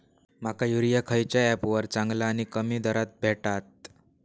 माका युरिया खयच्या ऍपवर चांगला आणि कमी दरात भेटात?